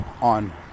on